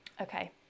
okay